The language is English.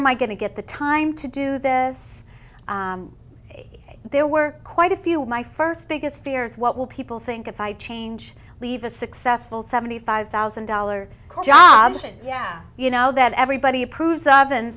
my going to get the time to do this there were quite a few of my first biggest fears what will people think if i change leave a successful seventy five thousand dollar job yeah you know that everybody approves of and